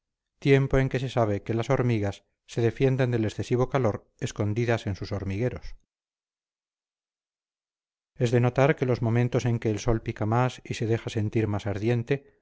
tiempo en que se sabe que las hormigas se defienden del excesivo calor escondidas en sus hormigueros es de notar que los momentos en que el sol pica más y se deja sentir más ardiente